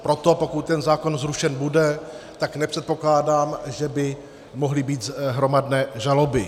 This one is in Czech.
Proto pokud ten zákon zrušen bude, tak nepředpokládám, že by mohly být hromadné žaloby.